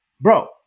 bro